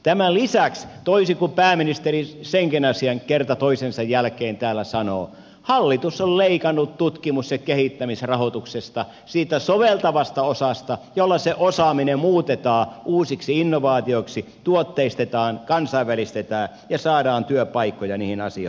tämän lisäksi toisin kuin pääministeri senkin asian kerta toisensa jälkeen täällä sanoo hallitus on leikannut tutkimus ja kehittämisrahoituksesta siitä soveltavasta osasta jolla se osaaminen muutetaan uusiksi innovaatioiksi tuotteistetaan kansainvälistetään ja saadaan työpaikkoja niihin asioihin